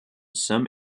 some